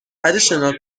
additional